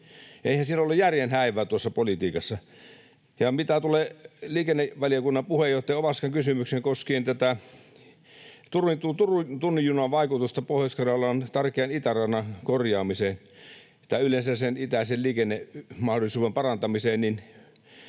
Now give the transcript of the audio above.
politiikassa ole järjen häivää. Mitä tulee liikennevaliokunnan puheenjohtaja Ovaskan kysymykseen koskien tämän Turun tunnin junan vaikutusta Pohjois-Karjalalle tärkeän itäradan korjaamiseen tai yleensä itäisen liikennemahdollisuuden parantamiseen, niin